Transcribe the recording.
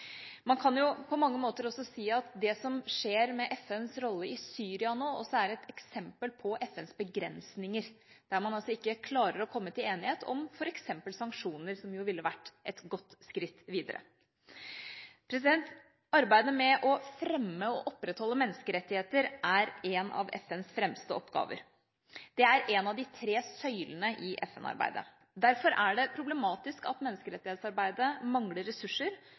Man kan på mange måter si at det som nå skjer med FNs rolle i Syria, også er et eksempel på FNs begrensninger, der man altså ikke klarer å komme til enighet om f.eks. sanksjoner, som ville vært et godt skritt videre. Arbeidet med å fremme og opprettholde menneskerettigheter er en av FNs fremste oppgaver. Det er en av de tre søylene i FN-arbeidet. Derfor er det problematisk at menneskerettighetsarbeidet mangler ressurser,